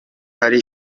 hari